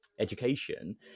education